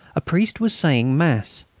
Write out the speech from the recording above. a priest was saying mass.